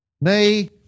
Nay